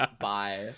bye